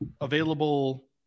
available